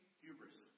hubris